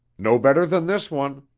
no better than this one.